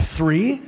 Three